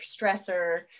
stressor